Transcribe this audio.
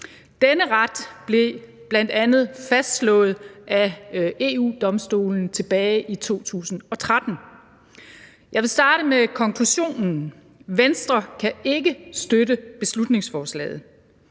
Denne ret blev bl.a. fastslået af EU-Domstolen tilbage i 2013. Jeg vil starte med konklusionen: Venstre kan ikke støtte beslutningsforslaget.